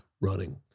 Running